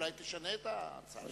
אולי תשנה את ההצעה שלך.